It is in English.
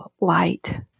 light